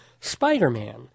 Spider-Man